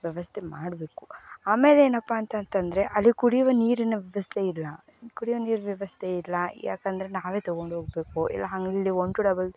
ವ್ಯವಸ್ಥೆ ಮಾಡಬೇಕು ಆಮೇಲೆನಪ್ಪಾ ಅಂತಂತಂದರೆ ಅಲ್ಲಿ ಕುಡಿಯುವ ನೀರಿನ ವ್ಯವಸ್ಥೆ ಇಲ್ಲ ಕುಡಿಯೋ ನೀರು ವ್ಯವಸ್ಥೆ ಇಲ್ಲ ಯಾಕಂದರೆ ನಾವೇ ತಗೊಂಡು ಹೋಗಬೇಕು ಇಲ್ಲ ಅಲ್ಲಿ ಒನ್ ಟು ಡಬಲ್